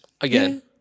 Again